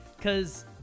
cause